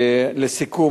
לסיכום,